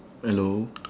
hello